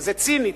וזה ציני,